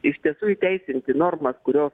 iš tiesų įteisinti normas kurios